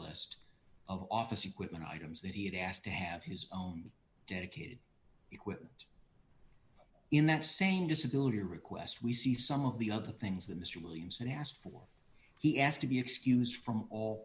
list of office equipment items that he had asked to have his own dedicated equipment in that same disability request we see some of the other things that mr williamson asked for he asked to be excused from